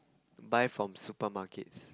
buy from supermarkets